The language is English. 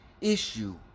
issue